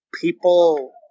people –